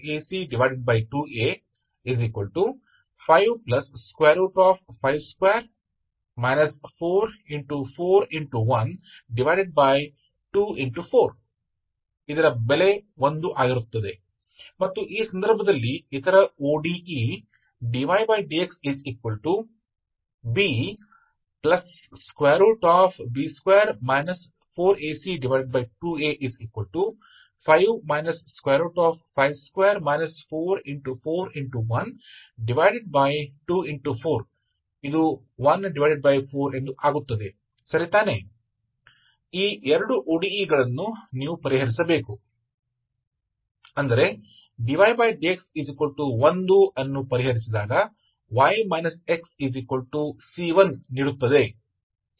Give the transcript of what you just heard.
क्या आप मानते हैं dydxB±B2 4AC2A सबसे पहल dydxBB2 4AC2Aया एक है और आप दूसरे को मानते हैं dydxB B2 4AC2A तो हमने यही देखा है यदि आप मानते हैं कि यदि आप A और Cको शून्य के बराबर बनाते हैं तो आप यही देखते हैं कि आप देखेंगे कि यदि आप xy से ξ η तक उन संचरण की तलाश करते हैं तो आप देखते हैं कि ये ओडीई ODE's हैं आपको हल करना होगा जो आपके ξ और ηको ठीक करता है